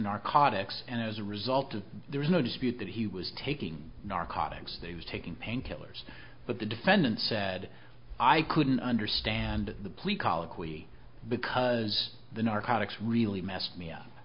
narcotics and as a result of there is no dispute that he was taking narcotics they were taking painkillers but the defendant said i couldn't understand the plea colloquy because the narcotics really messed me up